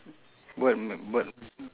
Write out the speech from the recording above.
birdm~ bird~